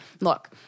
look